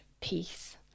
peace